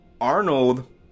Arnold